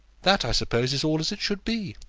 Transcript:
that, i suppose, is all as it should be.